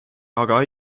aga